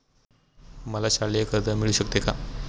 मला शालेय कर्ज मिळू शकते का?